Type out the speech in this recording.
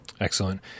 excellent